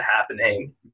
happening